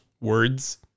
Words